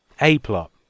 A-plot